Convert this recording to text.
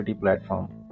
platform